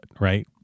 right